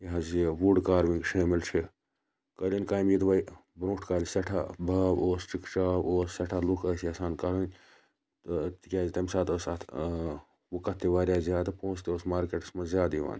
یہِ حظ یہِ وُڈ کاروِنٛگ شٲمِل چھِ قٲلیٖن کامہِ یُدواے برونٛٹھ کالہِ سیٚٹھاہ باو اوس چِکچاو اوس سیٚٹھاہ لُکھ ٲسۍ یَژھان کَرٕنۍ تہٕ تِکیاز تمہِ ساتہٕ ٲسۍ اتھ وٕکَت تہِ واریاہ زیادٕ پونٛسہِ تہِ اوس مارکیٚٹَس مَنٛز زیادٕ یِوان